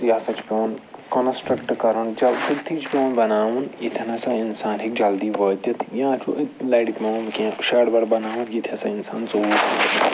یہِ ہَسا چھِ پٮ۪وان کانسٹرٛکٹ کَرُن چَک تٔتھی چھُ پٮ۪وان بناوُن ییٚتن ہَسا اِنسان ہیٚکہِ جلدی وٲتِتھ یا چھُ أتھۍ لَرِ پٮ۪وان کینٛہہ شَڈ وَڈ بناوُن ییٚتہِ ہَسا اِنسان ژوٚوُہ